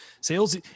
sales